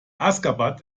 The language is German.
aşgabat